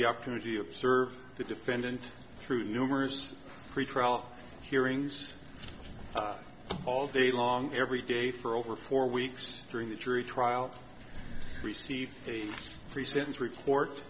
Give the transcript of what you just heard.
the opportunity observe the defendant through numers pretrial hearings all day long every day for over four weeks during the jury trial received a pre sentence report